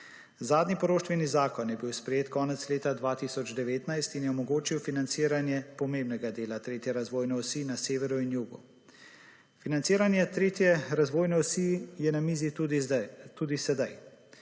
Zadnji poroštveni zakon je bil sprejet konec leta 2019 in je omogočil financiranje pomembnega dela tretje razvojne osi na severu in jugu. Financiranje tretje razvojne osi je na mizi tudi sedaj,